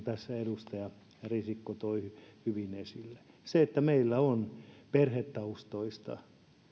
tässä edustaja risikko toi hyvin esille vanhempien ongelmat meillä on perhetaustoista